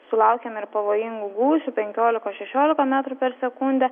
sulaukėme ir pavojingų gūsių penkiolikos šešiolika metrų per sekundę